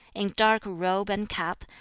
in dark robe and cap,